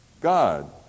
God